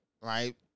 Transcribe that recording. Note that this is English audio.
right